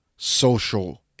social